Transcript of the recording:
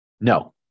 No